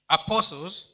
apostles